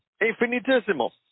Infinitesimal